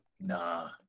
Nah